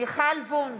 מיכל וונש,